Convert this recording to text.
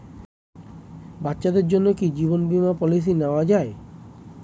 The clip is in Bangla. বাচ্চাদের জন্য কি জীবন বীমা পলিসি নেওয়া যায়?